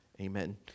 Amen